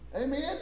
Amen